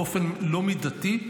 באופן לא מידתי,